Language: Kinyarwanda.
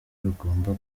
rugomba